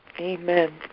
Amen